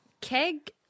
keg